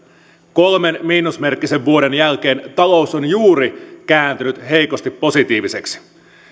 kolmen miinusmerkkisen vuoden jälkeen talous on juuri kääntynyt heikosti positiiviseksi